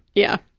yeah.